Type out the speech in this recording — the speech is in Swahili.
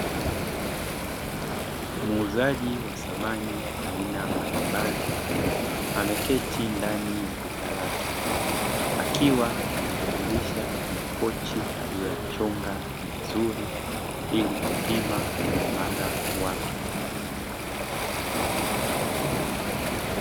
Muuzaji wa samani aina mbalimbali, ameketi ndani ya duka lake, akiwa anajaribisha makochi aliyoyachonga vizuri ili kupima uimara wake.